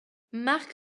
marc